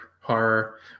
horror